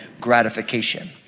gratification